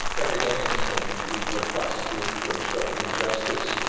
every day in this country people are prosecuted for obstructing justice,